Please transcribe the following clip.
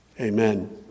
Amen